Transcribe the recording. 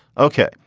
ok.